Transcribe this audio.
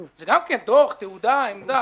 זה גם כן דוח, תעודה, עמדה.